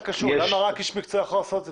למה רק איש מקצוע יכול לעשות את זה?